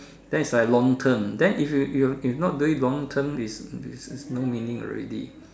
then is like long term then if you if you not doing long term is no meaning already